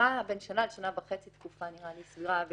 שנה לשנה וחצי זה נראה לי תקופה סבירה,